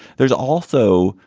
there's also,